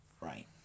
right